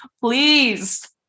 please